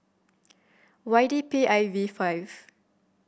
Y D P I V five